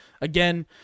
Again